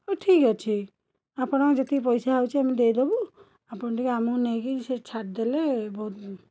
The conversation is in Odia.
ହଉ ଠିକ୍ ଅଛି ଆପଣଙ୍କର ଯେତିକି ପଇସା ହଉଛି ଆମେ ଦେଇଦବୁ ଆପଣ ଟିକେ ଆମୁକୁ ନେଇକି ସେଇଠି ଛାଡ଼ି ଦେଲେ ବହୁତ